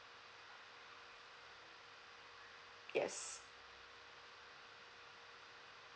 yes